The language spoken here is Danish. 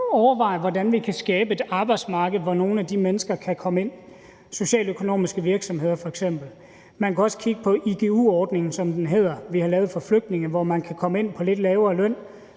overveje, hvordan vi kan skabe et arbejdsmarked, hvor nogle af de mennesker kan komme ind, med f.eks. socialøkonomiske virksomheder. Man kunne også kigge på igu-ordningen, som ordningen, vi har lavet for flygtninge, hedder, hvor man kan komme ind på lidt lavere løn,